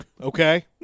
Okay